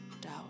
doubt